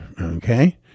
okay